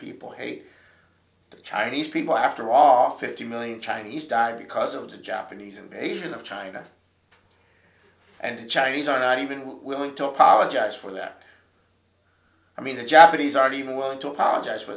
people hate the chinese people after our fifty million chinese died because of the japanese invasion of china and the chinese are even willing to apologize for that i mean the japanese are even willing to apologize for